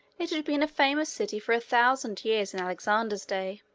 it had been a famous city for a thousand years in alexander's day.